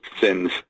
sins